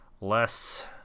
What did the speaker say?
less